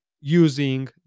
using